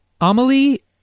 Amelie